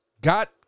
Got